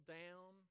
down